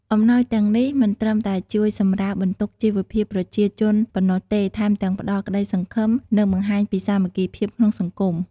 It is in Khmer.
អំណោយទាំងនេះមិនត្រឹមតែជួយសម្រាលបន្ទុកជីវភាពប្រជាជនប៉ុណ្ណោះទេ ថែមទាំងផ្តល់ក្តីសង្ឃឹម និងបង្ហាញពីសាមគ្គីភាពក្នុងសង្គម។